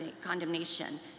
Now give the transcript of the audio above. condemnation